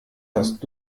hast